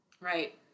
Right